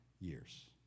years